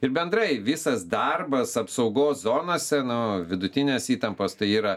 ir bendrai visas darbas apsaugos zonose nu vidutinės įtampos tai yra